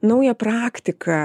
naują praktiką